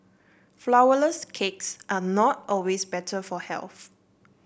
flourless cakes are not always better for health